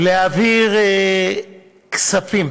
להעביר כספים